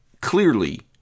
clearly